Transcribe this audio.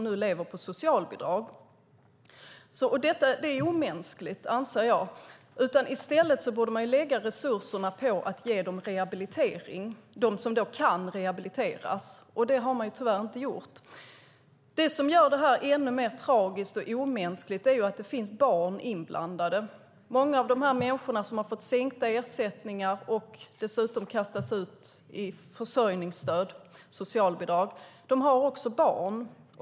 Detta är omänskligt, anser jag. I stället borde man lägga resurserna på att ge dem som kan rehabiliteras rehabilitering, men det har man tyvärr inte gjort. Det som gör detta ännu mer tragiskt och omänskligt är att det finns barn inblandade. Många av de människor som har fått sänkta ersättningar och dessutom kastas ut i försörjningsstöd och socialbidrag har barn.